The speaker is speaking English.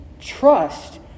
trust